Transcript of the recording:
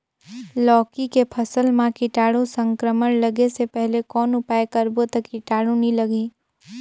लौकी के फसल मां कीटाणु संक्रमण लगे से पहले कौन उपाय करबो ता कीटाणु नी लगही?